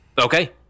Okay